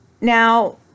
Now